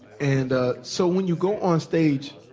and ah so when you go onstage